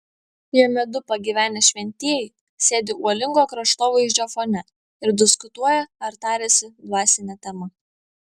jame du pagyvenę šventieji sėdi uolingo kraštovaizdžio fone ir diskutuoja ar tariasi dvasine tema